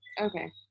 okay